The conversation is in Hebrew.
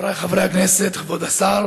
אדוני היושב-ראש, חבריי חברי הכנסת, כבוד השר,